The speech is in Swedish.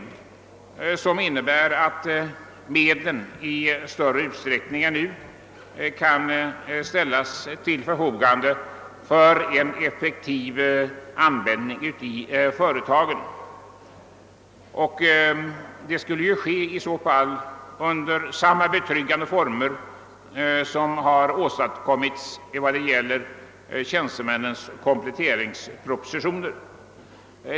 Det innebär att medlen i större utsträckning än nu kan ställas till förfogande för en effektiv användning i företagen. Det skulle i så fall ske under samma betryggande former som har åstadkommits för kompletteringspensionerna.